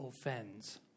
offends